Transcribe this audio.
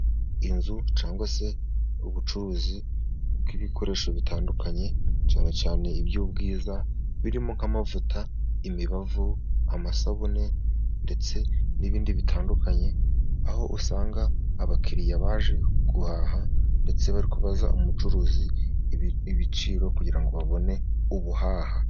Inzu cyangwa se ubucuruzi bw'ibikoresho bitandukanye cyane cyane iby'ubwiza, birimo nk'amavuta, imibavu, amasabune ndetse n'ibindi bitandukanye, aho usanga abakiriya baje guhaha, ndetse bari kubaza umucuruzi ibiciro kugira ngo babone ubuhaha.